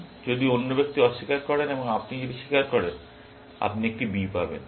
যদি অন্য ব্যক্তি অস্বীকার করেন এবং আপনি যদি স্বীকার করেন আপনি একটি B পাবেন